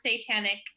satanic